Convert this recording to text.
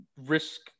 risk